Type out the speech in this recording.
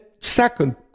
second